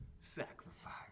sacrifice